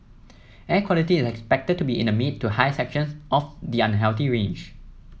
air quality is expected to be in the mid to high sections of the unhealthy range